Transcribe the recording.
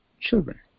children